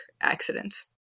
accidents